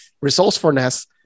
resourcefulness